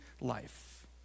life